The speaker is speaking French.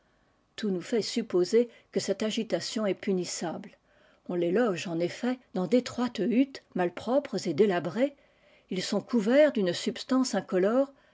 tout nous fait supposer que celte agitation est punissable on les loge en effet dans d'étroites huttes malpropres et délabrées ils sont couverts d'une substance incolore